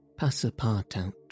Passapartout